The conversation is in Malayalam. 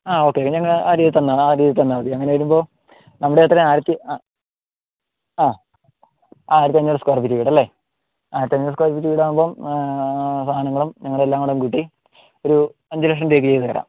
ആ ഓക്കെ ഓക്കെ ഞങ്ങൾ ആ രീതിയിൽ തന്നാൽ ആ രീതിയിൽ തന്നാൽ അങ്ങനെ വരുമ്പോൾ നമ്മുടെ എത്ര ആണ് ആയിരത്തി അ ആ ആയിരത്തി അഞ്ഞൂറ് സ്ക്വയർ ഫീറ്റ് വീടല്ലേ ആയിരത്തി അഞ്ഞൂറ് സ്ക്വയർ ഫീറ്റ് വീട് ആകുമ്പം സാധനങ്ങളും ഞങ്ങൾ എല്ലാം കൂടെ കൂട്ടി ഒര് അഞ്ച് ലക്ഷം രൂപക്ക് ചെയ്ത് തരാം